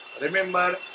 remember